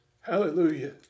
Hallelujah